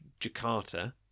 Jakarta